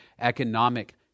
economic